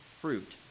fruit